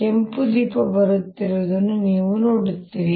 ಕೆಂಪು ದೀಪ ಬರುತ್ತಿರುವುದನ್ನು ನೀವು ನೋಡುತ್ತೀರಿ